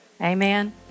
Amen